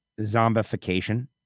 zombification